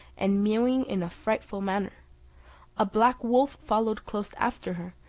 and mewing in a frightful manner a black wolf followed close after her,